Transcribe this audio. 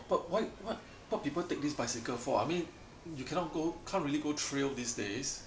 but why what what people take this bicycle for I mean you cannot can't really go trail these days